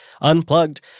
unplugged